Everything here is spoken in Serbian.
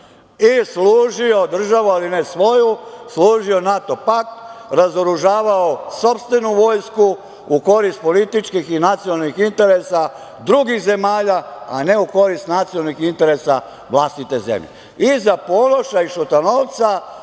i služio državu, ali ne svoju. Služio je NATO pakt, razoružavao sopstvenu vojsku u korist političkih i nacionalnih interesa drugih zemalja, a ne u korist nacionalnih interesa vlastite zemlje. Iza Ponoša i Šutanovca